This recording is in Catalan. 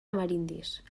amerindis